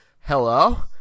Hello